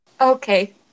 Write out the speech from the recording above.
Okay